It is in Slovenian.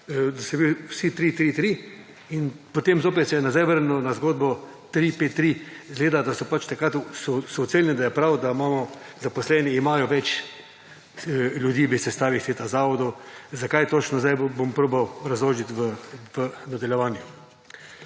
da so bili vsi 333 in potem zopet se je nazaj vrnilo na zgodbo 353 izgleda, da so pač so ocenili, da je prav, da imajo zaposleni več ljudi v sestavi sveta zavodov. Zakaj točno sedaj bom probal obrazložiti v nadaljevanju.